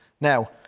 Now